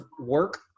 work